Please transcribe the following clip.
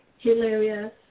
hilarious